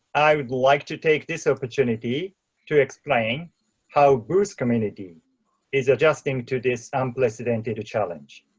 i would like to take this opportunity to explain how booth community is adjusting to this unprecedented challenge.